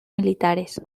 militares